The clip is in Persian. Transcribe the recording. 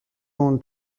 اون